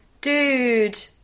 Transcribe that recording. Dude